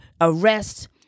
arrest